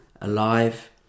alive